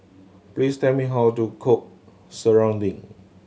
please tell me how to cook serunding